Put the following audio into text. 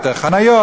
יותר חניות,